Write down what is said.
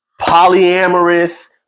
polyamorous